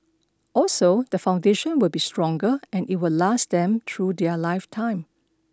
also the foundation will be stronger and it will last them through their lifetime